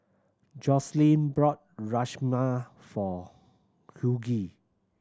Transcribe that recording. Joselin brought Rajma for Hughie